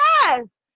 Yes